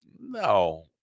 no